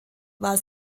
war